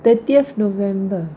thirtieth november